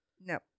No